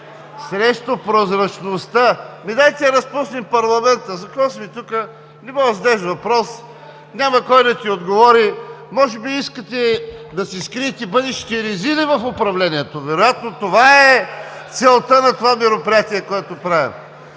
срещу прозрачността. Ами, дайте да разпуснем парламента. За какво сме тук? Не може да зададеш въпрос, няма кой да ти отговори. Може би искате да си скриете бъдещи резили в управлението? Вероятно това е целта на мероприятието, което правим.